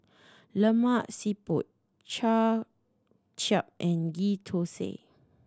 Lemak Siput Kway Chap and Ghee Thosai